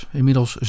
Inmiddels